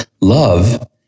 love